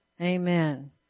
Amen